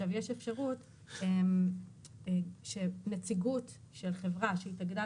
יש אפשרות שנציגות של חברה שהתאגדה